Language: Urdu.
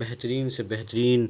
بہترین سے بہترین